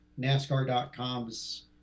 NASCAR.com's